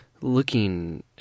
looking